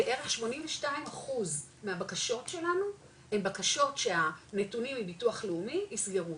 בערך 82 אחוז מהבקשות שלנו הם בקשות שהנתונים מביטוח לאומי יסגרו,